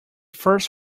first